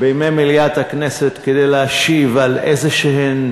בימי מליאת הכנסת כדי להשיב על איזשהם